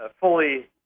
fully